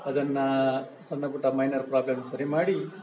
ಅದನ್ನು ಸಣ್ಣ ಪುಟ್ಟ ಮೈನರ್ ಪ್ರಾಬ್ಲಮ್ ಸರಿ ಮಾಡಿ